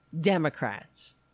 Democrats